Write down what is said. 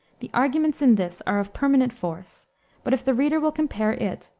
the arguments in this are of permanent force but if the reader will compare it,